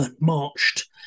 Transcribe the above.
marched